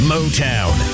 Motown